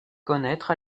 connaître